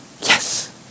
Yes